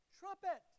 trumpet